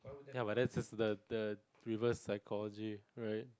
ya but then it is the the reverse psychology right